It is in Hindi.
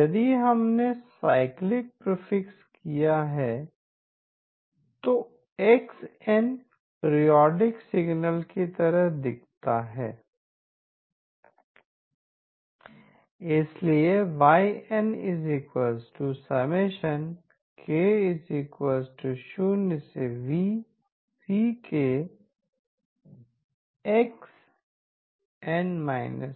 यदि हमने साइक्लिक प्रीफिक्स किया है तो x n पीरियाडिक सिग्नल की तरह दिखता है x n इसलिए y nk0vCkxn−k 0⏟ x n−k M